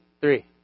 three